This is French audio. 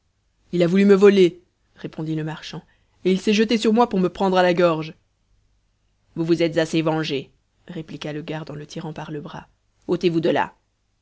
il a voulu me voler répondit le marchand et il s'est jeté sur moi pour me prendre à la gorge vous vous êtes assez vengé répliqua le garde en le tirant par le bras ôtez-vous de là